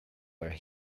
were